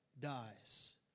dies